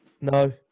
No